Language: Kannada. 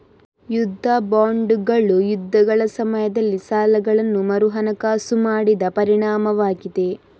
ಯುದ್ಧ ಬಾಂಡುಗಳು ಯುದ್ಧಗಳ ಸಮಯದಲ್ಲಿ ಸಾಲಗಳನ್ನು ಮರುಹಣಕಾಸು ಮಾಡಿದ ಪರಿಣಾಮವಾಗಿದೆ